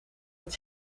het